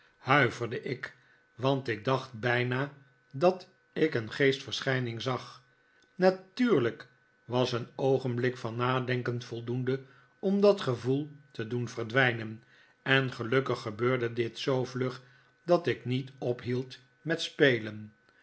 huiverde ik want ik dacht bijna dat ik een geestverschijning zag natuurlijk was een oogenblik van nadehken voldoende om dat gevoel te doen verdwijnen en gelukkig gebeurde dit zoo vlug dat ik niet ophield met spelen